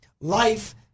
life